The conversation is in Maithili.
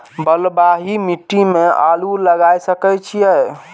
बलवाही मिट्टी में आलू लागय सके छीये?